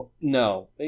no